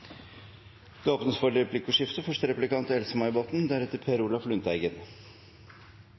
Det åpnes for replikkordskifte. Komiteen er